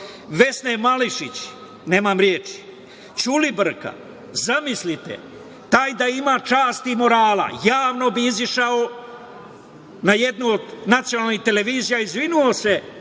Vesne Malešić, nemam reči, Ćulibrka. Zamislite, taj da ima čast i morala, javno bi izašao na jednu od nacionalnih televizija i izvinio se